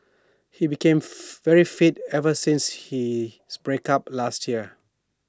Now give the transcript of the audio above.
he became very fit ever since his break up last year